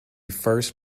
first